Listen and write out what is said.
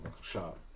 shot